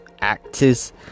actors